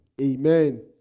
Amen